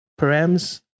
params